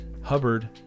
Hubbard